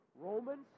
romans